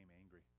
angry